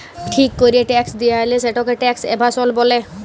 ঠিক ক্যরে ট্যাক্স দেয়লা, সেটকে ট্যাক্স এভাসল ব্যলে